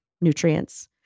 nutrients